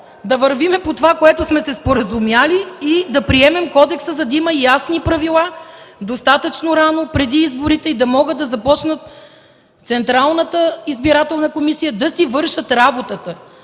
да вървим по това, за което сме се споразумели. Да приемем кодекса, да има ясни правила достатъчно рано преди изборите, за да може Централната избирателна комисия да си върши работата.